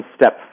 Step